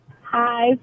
Hi